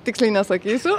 tiksliai nesakysiu